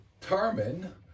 determine